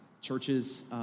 churches